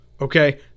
Okay